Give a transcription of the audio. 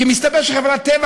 כי מסתבר שחברת טבע,